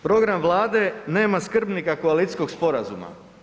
Program Vlade nema skrbnika koalicijskog sporazuma.